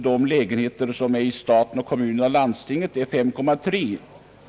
De lägenheter som ägs av staten, kommunerna och landstingen utgör 5,3 procent.